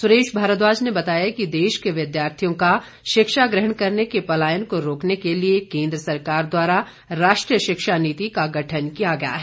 सुरेश भारद्वाज ने बताया कि देश के विद्यार्थियों का शिक्षा ग्रहण करने के पलायन को रोकने के लिए केन्द्र सरकार द्वारा राष्ट्रीय शिक्षा नीति का गठन किया गया है